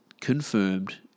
confirmed